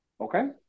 Okay